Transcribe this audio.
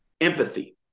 empathy